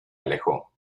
alejó